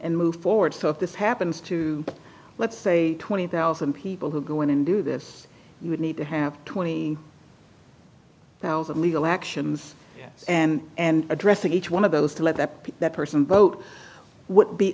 and move forward so if this happens to let's say twenty thousand people who go in and do this we would need to have twenty thousand legal actions and and addressing each one of those to let that person vote would